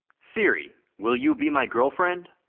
siri, will you be my girlfriend?